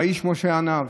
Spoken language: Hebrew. "והאיש משה ענו".